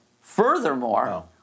Furthermore